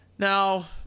Now